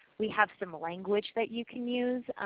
we have some language that you can use.